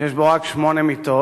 ויש בו רק שמונה מיטות.